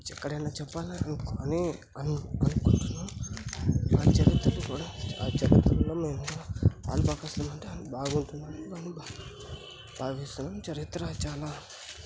ఎక్కడైనా చెప్పాలనుకొని అని అనుకుంటున్నాము ఇలా చరిత్రలో కూడా ఆ చరిత్రలో మేము కూడా బాగుంటుందని భావిస్తున్నాము చరిత్ర చాలా